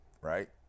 right